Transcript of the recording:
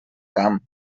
camp